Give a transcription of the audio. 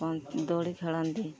ପ ଦୋଳି ଖେଳନ୍ତି